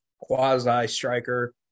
quasi-striker